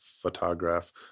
photograph